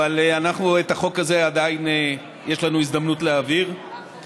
אבל עדיין יש לנו הזדמנות להעביר את החוק הזה.